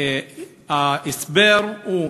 ההסבר הוא,